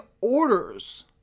orders